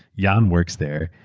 jan works there,